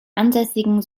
ansässigen